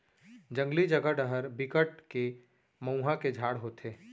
जंगली जघा डहर बिकट के मउहा के झाड़ होथे